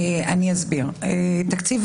לכן,